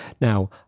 Now